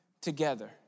together